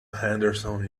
henderson